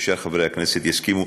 ושאר חברי הכנסת יסכימו,